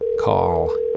call